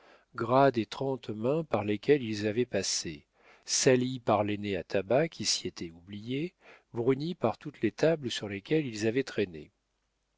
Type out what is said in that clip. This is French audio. gras des trente mains par lesquelles ils avaient passé salis par les nez à tabac qui s'y étaient oubliés brunis par toutes les tables sur lesquelles ils avaient traîné